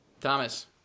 Thomas